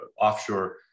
offshore